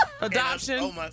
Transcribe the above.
adoption